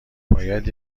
باید